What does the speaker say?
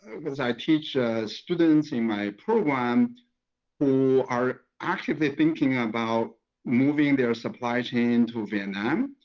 because i teach students in my program who are actually thinking about moving their supply chain to vietnam,